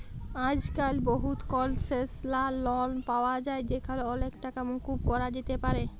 আইজক্যাল বহুত কলসেসলাল লন পাওয়া যায় যেখালে অলেক টাকা মুকুব ক্যরা যাতে পারে